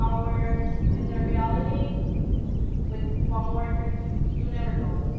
hours. and the reality with farm workers, you never know.